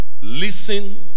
listen